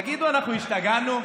תגידו, אנחנו השתגענו?